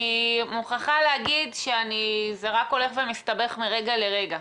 אני מוכרחה להגיד שזה רק הולך ומסתבך מרגע לרגע.